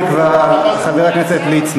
זו זכותי, הוא סיים.